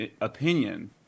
opinion